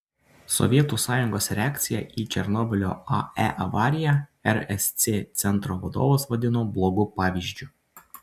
sovietų sąjungos reakciją į černobylio ae avariją rsc centro vadovas vadino blogu pavyzdžiu